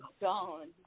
gone